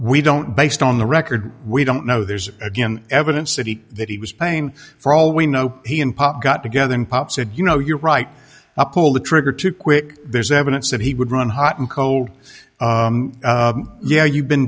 we don't based on the record we don't know there's again evidence that he that he was paying for all we know he and pop got together and pop said you know you're right up pull the trigger too quick there's evidence that he would run hot and cold yeah you've been